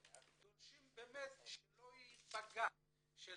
אנחנו דורשים באמת שהעולים לא ייפגעו,